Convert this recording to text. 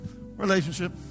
Relationship